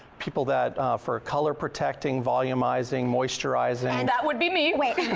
people that for color protecting, volumizing, moisturizing. and that would be me. wait,